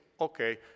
Okay